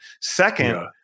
Second